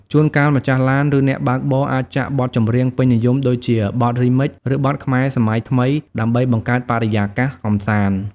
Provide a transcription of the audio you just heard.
ជួនកាលម្ចាស់ឡាន ឬអ្នកបើកបរអាចចាក់បទចម្រៀងពេញនិយមដូចជាបទរីមិច ឬបទខ្មែរសម័យថ្មីដើម្បីបង្កើតបរិយាកាសកម្សាន្ត។